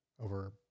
over